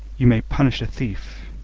you may punish a thief,